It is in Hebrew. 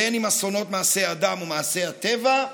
אסונות מעשה אדם ומעשה הטבע,